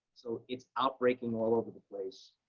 so it's outbreaking all over the place.